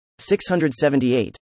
678